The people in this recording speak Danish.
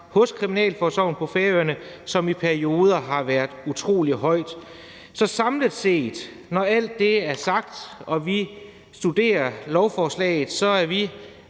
hos kriminalforsorgen på Færøerne, som i perioder har været utrolig højt. Så når alt det er sagt og vi studerer lovforslaget, er vi